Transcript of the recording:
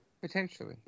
Potentially